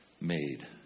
made